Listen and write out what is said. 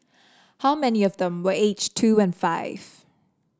how many of them were aged two and five